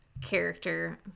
character